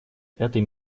этой